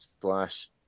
slash